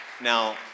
Now